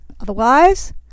otherwise